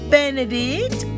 Benedict